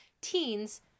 teens